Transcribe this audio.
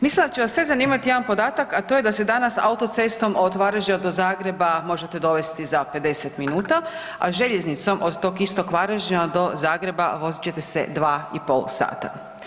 Mislim da će vas sve zanimati jedan podatak a to je da se danas autocestom od Varaždina do Zagreba možete dovesti za 50 minuta, a željeznicom od tog istog Varaždina do Zagreba vozit ćete se 2,5 sata.